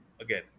again